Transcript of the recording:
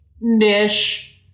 Nish